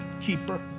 keeper